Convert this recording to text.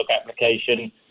application